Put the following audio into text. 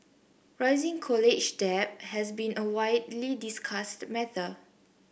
rising college debt has been a widely discussed matter